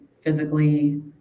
physically